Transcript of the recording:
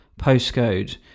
postcode